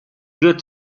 good